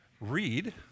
read